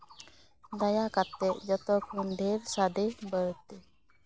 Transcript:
ᱫᱟᱭᱟ ᱠᱟᱛᱮᱫ ᱡᱚᱛᱚ ᱠᱷᱚᱱ ᱰᱷᱮᱨ ᱥᱟᱰᱮ ᱵᱟᱹᱲᱛᱤ